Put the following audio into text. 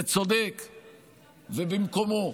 צודק ובמקומו.